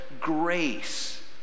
grace